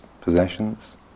possessions